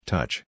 Touch